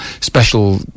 special